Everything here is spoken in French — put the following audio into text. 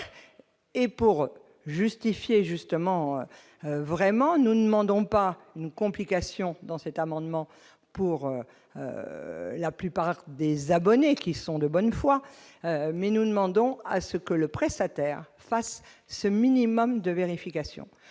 Et pour justifier, justement, vraiment nous demandons pas une complication dans cet amendement, pour la plupart des abonnés qui sont de bonne foi, mais nous demandons à ce que le prestataire fasse ce minimum de vérifications,